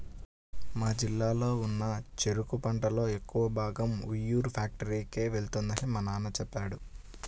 మా జిల్లాలో ఉన్న చెరుకు పంటలో ఎక్కువ భాగం ఉయ్యూరు ఫ్యాక్టరీకే వెళ్తుందని మా నాన్న చెప్పాడు